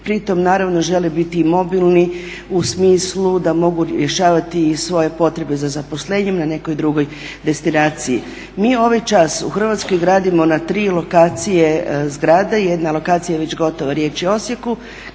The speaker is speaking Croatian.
pri tom naravno žele biti mobilni u smislu da mogu rješavati i svoje potrebe za zaposlenjem na nekoj drugoj destinaciji. Mi ovaj čas u Hrvatskoj gradimo na tri lokacije zgrade, jedna lokacija je već gotova, riječ je Osijeku,